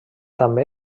també